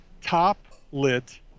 top-lit